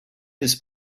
his